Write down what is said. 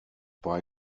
bei